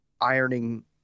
ironing